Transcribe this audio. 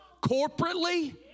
corporately